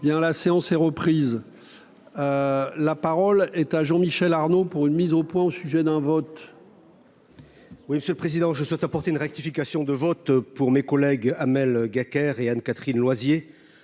la séance est reprise, la parole est à Jean Michel Arnaud, pour une mise au point au sujet d'un vote. Oui, monsieur le président, je souhaite apporter une rectification de vote pour mes collègues Amel Gacquerre et Anne-Catherine Loisier